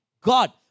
God